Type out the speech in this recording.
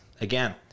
again